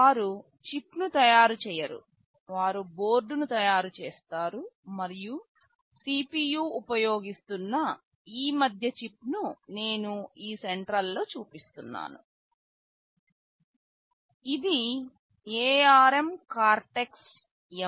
వారు చిప్ను తయారు చేయరు వారు బోర్డును తయారు చేస్తారు మరియు CPU ఉపయోగిస్తున్న ఈ మధ్య చిప్ను నేను ఈ సెంట్రల్ లో చూపిస్తున్నాను ఇది ARM కార్టెక్స్ M4